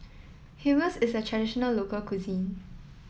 Hummus is a traditional local cuisine